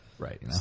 Right